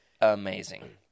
amazing